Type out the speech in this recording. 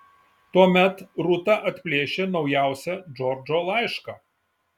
tuomet rūta atplėšė naujausią džordžo laišką